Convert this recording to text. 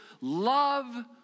love